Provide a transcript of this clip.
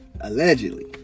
allegedly